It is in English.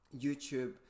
youtube